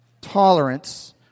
tolerance